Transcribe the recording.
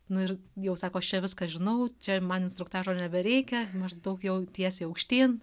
nu ir jau sako aš čia viską žinau čia man instruktažo nebereikia maždaug jau tiesiai aukštyn